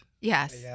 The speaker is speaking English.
Yes